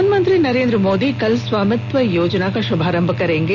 प्रधानमंत्री नरेंद्र मोदी कल स्वामित्व योजना का शुभारम्भ करेंगे